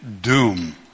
doom